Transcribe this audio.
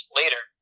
later